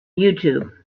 youtube